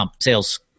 sales